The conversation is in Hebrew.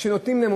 ונותנים להם,